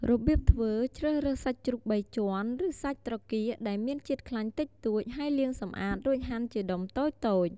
របៀបធ្វើ ជ្រើសរើសសាច់ជ្រូកបីជាន់ ឬសាច់ត្រគាកដែលមានជាតិខ្លាញ់តិចតួច ហើយលាងសម្អាត រួចហាន់ជាដុំតូចៗ។